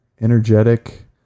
Energetic